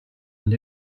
and